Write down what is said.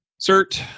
Cert